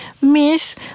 Miss